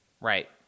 right